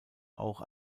auch